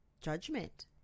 judgment